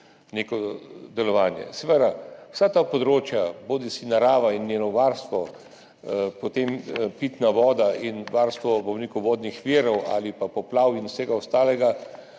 neko delovanje. Za vsa ta področja, bodisi narava in njeno varstvo, potem pitna voda in varstvo vodnih virov ali pa poplav in vsega ostalega,